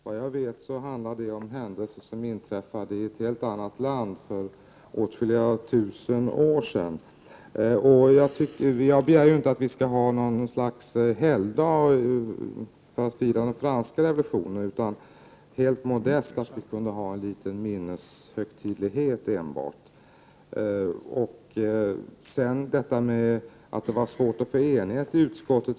Vad jag vet handlar den om händelser som inträffade i ett helt annat land för ett par tusen år sedan. Jag begär inte att vi skall ha något slags helgdag för att fira den franska revolutionen utan att vi helt modest kan ha en liten minneshögtidlighet. Catarina Rönnung talade om att det var svårt att nå enighet i utskottet.